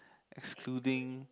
excluding